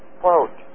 quote